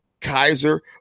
Kaiser